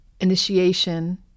initiation